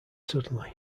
suddenly